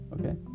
okay